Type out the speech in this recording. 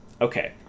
Okay